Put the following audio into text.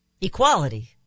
Equality